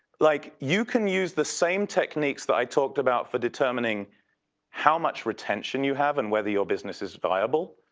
like you can use the same techniques that i talked about for determining how much retention you have and whether your business is viable,